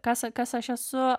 kas kas aš esu